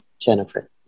Jennifer